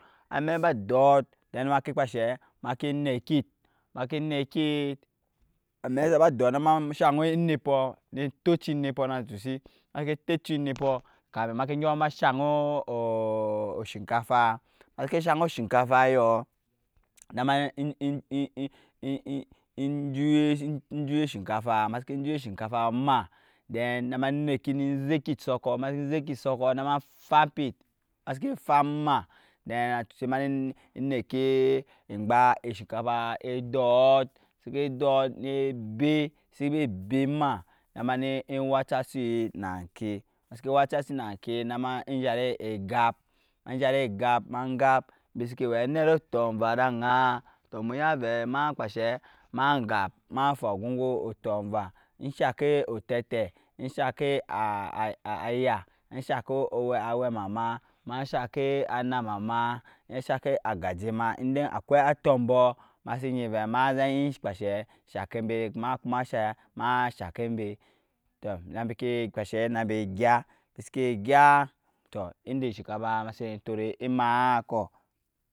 Amɛk ba dɔr then maki kpashɛ maki nɛkit amɛi saba dɔr nama shang enɛpɔɔ ne tɔɔticho enɛpɔɔ kamin mski gyɔɔ oshinkafa yɔɔ nama. juyɛ shinkafa maski juye shinkafa ma then nama nɛki nama zɛki fam ma then na chusit nama nɛkɛ ugba e shinkafa edɔrt siki edɔre evɛ sibi ebɛ ma nama ni ewachasit na kɛ name ezart egap ma ezari egap ma gap bisiki wɛ anɛt otɔgva da ajan tɔɔ mu ya vɛi ma kpashɛi mafu ajɔngɔɔ otɔ ɔva ɛshakɛ ɛshakɛ otɛitɛi ɛshakɛ aya ɛshakɛ o awei mama mashakɛi anamama mashakɛi agajɛma inda akwa atumbɔɔ masi enyi vɛi ma zɛi gɛ shakɛi bɛi ma kuma shakɛiembɛ tɔɔ nabiki kpashɛ nabi gya biski gya tɔɔ indɛ shinkafa maas ɛtɔr emakɔɔ,